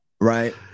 Right